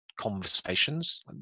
conversations